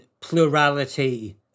plurality